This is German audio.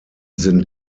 sind